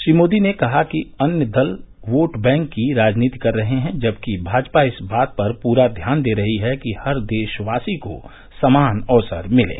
श्री मोदी ने कहा कि अन्य दल वोट बैंक की राजनीति कर रहे हैं जबकि भाजपा इस बात पर पूरा ध्यान दे रही है कि हर देशवासी को समान अक्सर मिलें